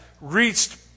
reached